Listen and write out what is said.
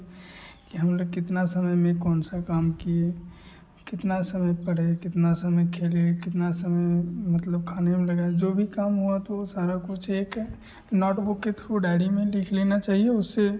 कि हम लोग कितना समय में कौन सा काम किए कितना समय पढ़े कितना समय खेले कितना समय मतलब खाने में लगाए जो भी काम हुआ तो वह सारा कुछ एक नोटबुक के थ्रू डायरी में लिख लेना चहिए